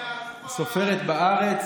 סופרת בארץ,